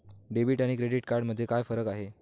Debit आणि credit card मध्ये काय फरक आहे?